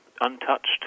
untouched